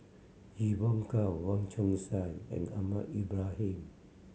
Evon Kow Wong Chong Sai and Ahmad Ibrahim